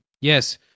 Yes